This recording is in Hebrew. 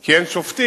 כי אין שופטים,